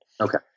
Okay